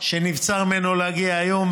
שנבצר ממנו להגיע היום,